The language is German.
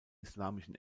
islamischen